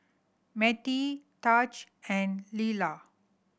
Mettie Taj and Lelar